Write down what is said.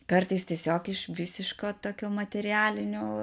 kartais tiesiog iš visiško tokio materialinio